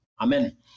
Amen